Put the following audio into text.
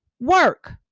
work